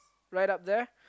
right up there